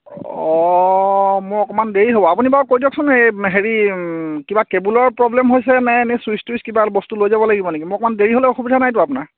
অঁ মোৰ অকণমান দেৰি হ'ব আপুনি বাৰু কৈ দিয়কচোন এই হেৰি কিবা কেবুলৰ প্ৰব্লেম হৈছে নে এনে ছুইচ টুইচ কিবা বস্তু লৈ যাব নেকি মই অকণমান দেৰি হ'লে অসুবিধা নাইতো আপোনাৰ